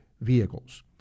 vehicles